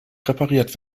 repariert